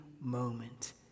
moment